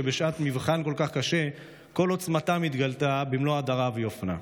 שבשעת מבחן כל כך קשה כל עוצמתם התגלתה במלוא הדרה ויופייה.